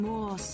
more